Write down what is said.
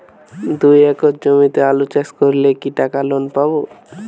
দুই একর জমিতে আলু চাষ করলে কি টাকা লোন পাবো?